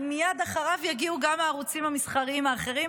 מייד אחריו יגיעו גם הערוצים המסחריים האחרים.